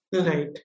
Right